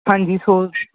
ਹਾਂਜੀ ਸੌ